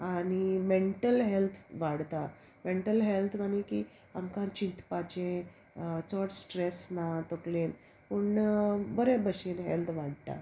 आनी mental health वाडता mental health मनी की आमकां चिंतपाचें चोड स्ट्रेस ना तकलेन पूण बरें भशेन हेल्थ वाडटा